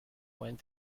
went